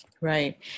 Right